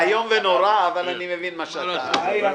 איום ונורא, אבל אני מבין את מה שאתה אומר.